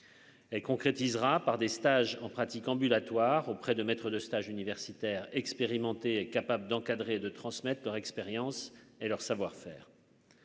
même. Concrétisera par des stages en pratique ambulatoire auprès de maître de stage universitaire expérimenté et capable d'encadrer, de transmettre leur expérience et leur savoir-faire.